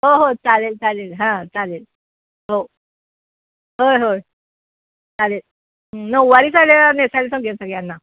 हो हो चालेल चालेल हां चालेल हो होय होय चालेल नऊवारी साड्या नेसायला सांगूया सगळ्यांना